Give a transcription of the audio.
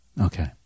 Okay